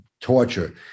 Torture